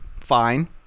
fine